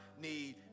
need